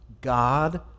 God